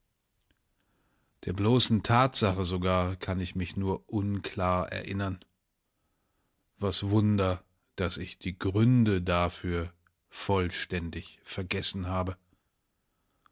der bloßen tatsache sogar kann ich mich nur unklar erinnern was wunder daß ich die gründe dafür vollständig vergessen habe